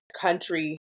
country